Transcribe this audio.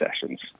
sessions